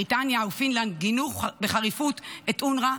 בריטניה ופינלנד גינו בחריפות את אונר"א,